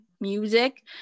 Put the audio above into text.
music